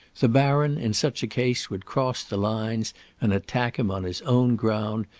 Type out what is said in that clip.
the baron in such a case would cross the lines and attack him on his own ground,